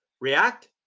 react